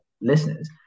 listeners